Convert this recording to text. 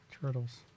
Turtles